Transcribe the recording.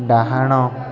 ଡାହାଣ